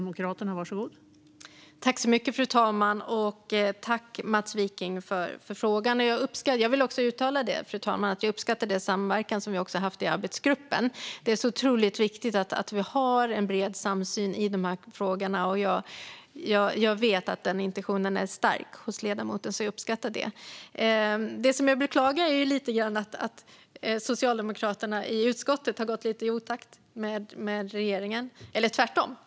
Fru talman! Tack, Mats Wiking, för frågan! Jag vill uttala, fru talman, att jag uppskattar den samverkan som vi har haft i arbetsgruppen. Det är otroligt viktigt att vi har en bred samsyn i dessa frågor. Jag vet att den intentionen är stark hos ledamoten - jag uppskattar det. Det som jag beklagar lite grann är att socialdemokraterna i utskottet har gått lite i otakt med regeringen - eller tvärtom.